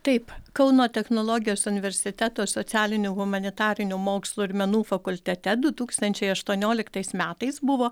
taip kauno technologijos universiteto socialinių humanitarinių mokslų ir menų fakultete du tūkstančiai aštuonioliktais metais buvo